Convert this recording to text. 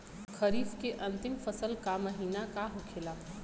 खरीफ के अंतिम फसल का महीना का होखेला?